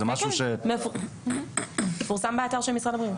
כן, זה מפורסם באתר של משרד הבריאות.